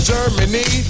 Germany